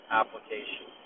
application